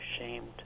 ashamed